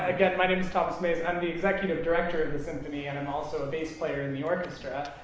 again, my name is thomas mayes. um the executive director of the symphony. and i'm also a bass player in the orchestra.